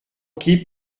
qui